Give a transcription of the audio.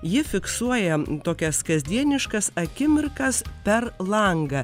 ji fiksuoja tokias kasdieniškas akimirkas per langą